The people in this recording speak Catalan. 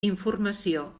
informació